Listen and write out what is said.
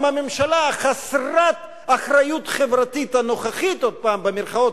עם הממשלה "חסרת האחריות החברתית הנוכחית" במירכאות,